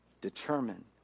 Determine